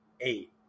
eight